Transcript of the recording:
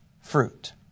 fruit